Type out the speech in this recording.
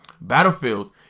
Battlefield